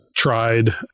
tried